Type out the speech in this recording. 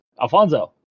Alfonso